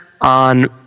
on